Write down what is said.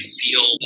feel